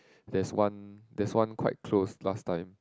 there is one there is one quite close last time